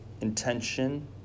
intention